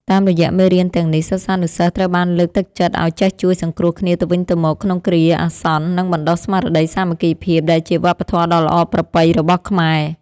តាមរយៈមេរៀនទាំងនេះ សិស្សានុសិស្សត្រូវបានលើកទឹកចិត្តឱ្យចេះជួយសង្គ្រោះគ្នាទៅវិញទៅមកក្នុងគ្រាអាសន្ន និងបណ្ដុះស្មារតីសាមគ្គីភាពដែលជាវប្បធម៌ដ៏ល្អប្រពៃរបស់ខ្មែរ។